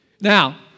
Now